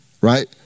right